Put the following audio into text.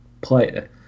player